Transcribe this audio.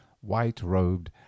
white-robed